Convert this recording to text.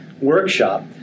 workshop